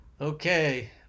okay